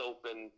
Open